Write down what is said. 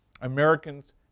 Americans